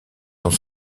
sont